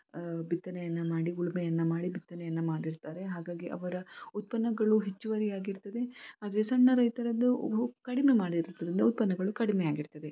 ಬಿತ್ತನೆಯನ್ನು ಮಾಡಿ ಉಳುಮೆಯನ್ನು ಮಾಡಿ ಬಿತ್ತನೆಯನ್ನು ಮಾಡಿರ್ತಾರೆ ಹಾಗಾಗಿ ಅವರ ಉತ್ಪನ್ನಗಳು ಹೆಚ್ಚುವರಿಯಾಗಿರ್ತದೆ ಆದರೆ ಸಣ್ಣ ರೈತರದ್ದು ಭೂ ಕಡಿಮೆ ಮಾಡಿರುತ್ತದಿಂದ ಉತ್ಪನ್ನಗಳು ಕಡಿಮೆಯಾಗಿರ್ತದೆ